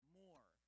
more